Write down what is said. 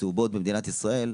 והצהובות במדינת ישראל,